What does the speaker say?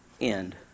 end